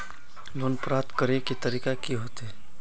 Loan प्राप्त करे के तरीका की होते?